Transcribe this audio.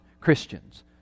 Christians